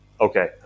Okay